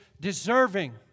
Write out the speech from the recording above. deserving